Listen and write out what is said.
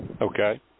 okay